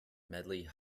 medley